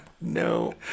no